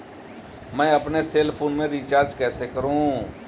मैं अपने cell phone में रिचार्ज कैसे करूँ?